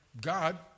God